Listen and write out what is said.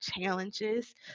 challenges